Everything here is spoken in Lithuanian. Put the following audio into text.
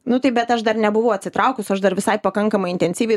nu tai bet aš dar nebuvau atsitraukus aš dar visai pakankamai intensyviai